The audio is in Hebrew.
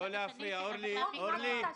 אני רואה גם,